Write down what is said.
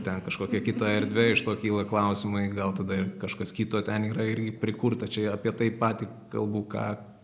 ten kažkokia kita erdvė iš to kyla klausimai gal tada ir kažkas kito ten yra irgi prikurta čia apie tai patį kalbu ką